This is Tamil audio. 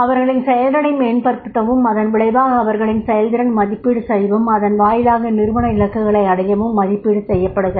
அவர்களின் செயல்திறனை மேம்படுத்தவும் அதன் விளைவாக அவர்களின் செயல்திறன் மதிப்பீடு செய்யவும் அதன் வாயிலாக நிறுவன இலக்குகளை அடையவும் மதிப்பீடு செய்யப்படுகிறது